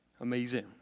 Amazing